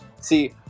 see